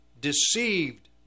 deceived